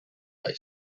they